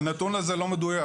הנתון הזה לא מדויק.